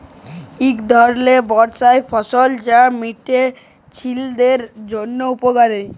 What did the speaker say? ইক ধরলের বার্ষিক ফসল যেট মিয়া ছিলাদের জ্যনহে উপকারি